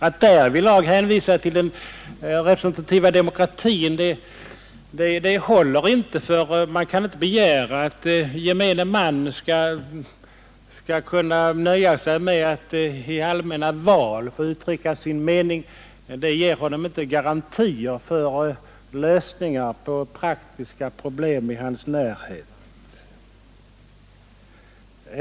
Att i stället hänvisa till den nuvarande representativa demokratin håller inte, för man kan inte begära att gemene man skall kunna nöja sig med att endast i allmänna val uttrycka sin mening. Det ger honom inte garantier för bestämda lösningar på praktiska problem i hans närhet.